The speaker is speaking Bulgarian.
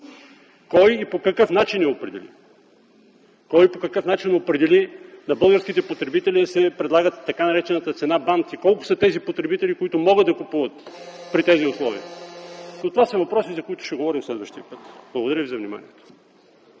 Кой и по какъв начин я определи? Кой и по какъв начин определи на българските потребители да се предлага така наречената цена банд и колко са тези потребители, които могат да купуват при тези условия? Но това са въпроси, за които ще говорим следващия път. Благодаря Ви за вниманието.